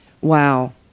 Wow